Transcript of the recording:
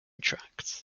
tracts